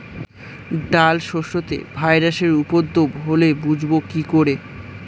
ডাল শস্যতে ভাইরাসের উপদ্রব হলে বুঝবো কি করে?